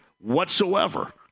whatsoever